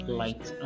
light